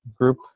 group